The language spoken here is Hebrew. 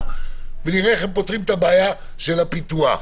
ונראה איך הם פותרים את הבעיה של הפיתוח.